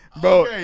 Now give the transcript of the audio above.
Bro